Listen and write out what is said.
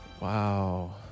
Wow